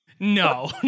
No